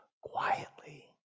quietly